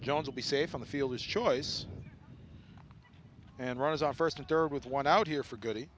jones will be safe on the field his choice and runs off first and third with one out here for goody